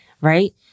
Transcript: right